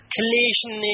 Collision